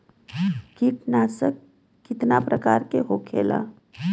कीटनाशक कितना प्रकार के होखेला?